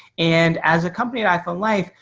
and as a company iphone life,